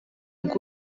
ngo